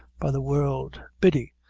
by the world. biddy,